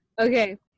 okay